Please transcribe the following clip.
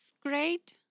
grade